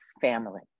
family